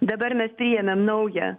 dabar mes priėmėm naują